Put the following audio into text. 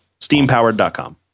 Steampowered.com